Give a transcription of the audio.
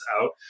out